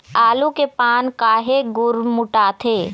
आलू के पान काहे गुरमुटाथे?